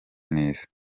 neza